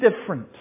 different